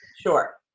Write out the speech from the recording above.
Sure